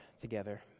together